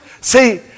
See